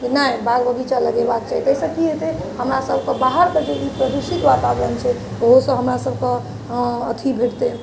जे नहि बाग बगीचा लगेबाक चाही ताहिसँ की हेतै हमरा सब कऽ बाहर कऽ जे प्रदूषित वातावरण छै ओहोसँ हमरा सब कऽ अथी भेटतै